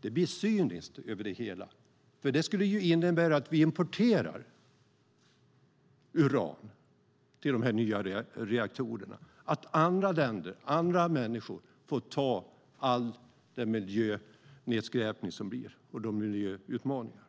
Det blir cyniskt, för det skulle innebära att vi importerar uran till de nya reaktorerna och att andra länder alltså får ta hand om all den miljönedskräpning och de miljöutmaningar